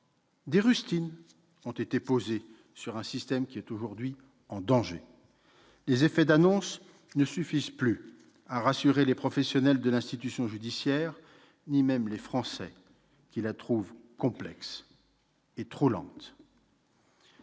Des rustines ont été posées sur un système qui est aujourd'hui en danger. Les effets d'annonce ne suffisent plus à rassurer les professionnels de l'institution judiciaire ni même les Français, qui trouvent celle-ci complexe et trop lente.